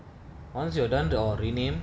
once you're done door renamed